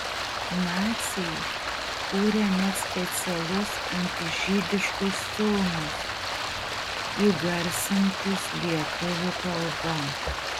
naciai kūrė net specialus antižydiškus filmus įgarsintus lietuvių kalba